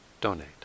donate